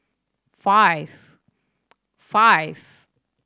five five